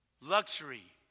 Luxury